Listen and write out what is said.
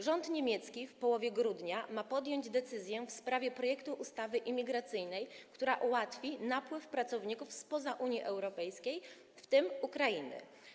Rząd niemiecki w połowie grudnia ma podjąć decyzję w sprawie projektu ustawy imigracyjnej, która ułatwi napływ pracowników spoza Unii Europejskiej, w tym z Ukrainy.